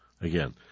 again